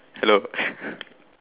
hello